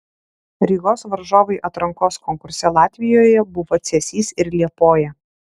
rygos varžovai atrankos konkurse latvijoje buvo cėsys ir liepoja